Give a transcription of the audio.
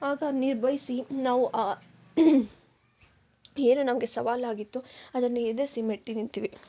ಆಗ ನಿರ್ವಹ್ಸಿ ನಾವು ಏನು ನಮಗೆ ಸವಾಲಾಗಿತ್ತು ಅದನ್ನು ಎದುರಿಸಿ ಮೆಟ್ಟಿ ನಿಂತ್ವಿ